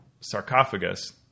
sarcophagus